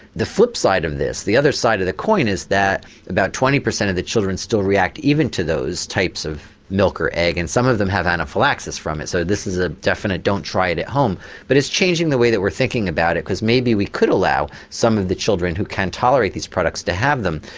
the flip side of this, the other side of the coin is that about twenty percent of the children still react even to those types of milk or egg and some of them have anaphylaxis from it so this is a definite don't try it at home but it's changing the way we're thinking about it because maybe we could allow some of the children who can tolerate these products to have them.